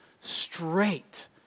straight